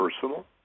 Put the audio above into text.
personal